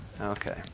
Okay